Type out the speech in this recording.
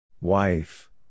Wife